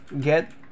get